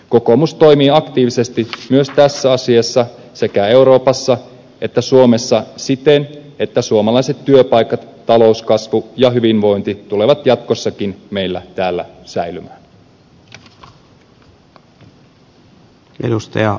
kokoomus toimii aktiivisesti myös tässä asiassa sekä euroopassa että suomessa siten että suomalaiset työpaikat talouskasvu ja hyvinvointi tulevat jatkossakin meillä täällä säilymään